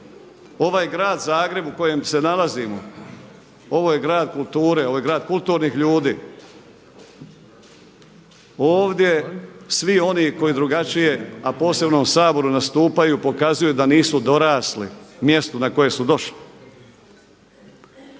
Ovaj grad Zagreb u kojem se nalazimo, ovo je grad kulture, ovo je grad kulturnih ljudi, ovdje svi oni koji drugačije, a posebno u Saboru nastupaju pokazuju da nisu dorasli mjestu na koje su došli.